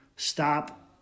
Stop